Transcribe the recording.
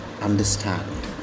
understand